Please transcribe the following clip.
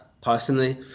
personally